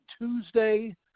tuesday